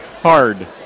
Hard